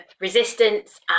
resistance